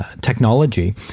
technology